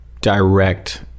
direct